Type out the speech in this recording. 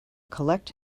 collect